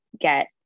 get